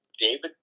David